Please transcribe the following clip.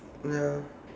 ya